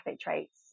traits